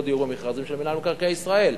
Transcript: דיור במכרזים של מינהל מקרקעי ישראל.